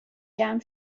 جمع